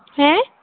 ᱦᱮᱸ